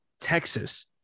Texas